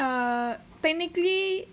err technically